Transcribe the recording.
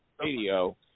radio